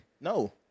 No